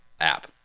app